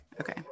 okay